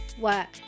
work